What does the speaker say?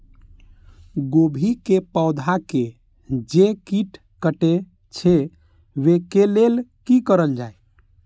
गोभी के पौधा के जे कीट कटे छे वे के लेल की करल जाय?